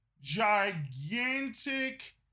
gigantic